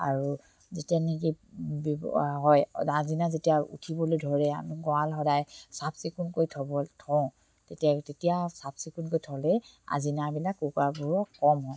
আৰু যেতিয়া নেকি হয় আজিনা যেতিয়া উঠিবলৈ ধৰে আমি গঁৰাল সদায় চাফ চিকুণকৈ থ'ব থওঁ তেতিয়া তেতিয়া চাফ চিকুণকৈ থ'লে আজিনাবিলাক কুকুৰাবোৰৰ কম হয়